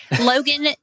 Logan